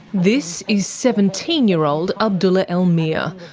this is seventeen year old abdullah elmir,